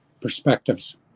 perspectives